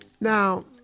Now